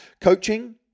Coaching